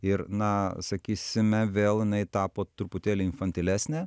ir na sakysime vėl jinai tapo truputėlį infantilesnė